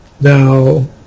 now